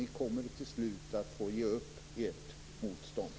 Ni kommer till slut att få ge upp ert motstånd.